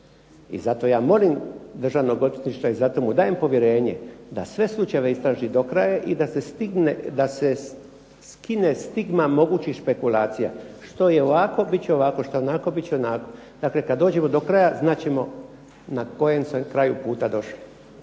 i zato ja molim državnog odvjetništva i zato mu dajem povjerenje da sve slučajeve istraži do kraja i da se skine stigma mogućih špekulacija što je ovako bit će ovako, što je onako bit će onako. Dakle kad dođemo do kraja znat ćemo na kojem smo kraju puta došli.